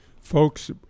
Folks